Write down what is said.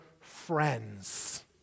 friends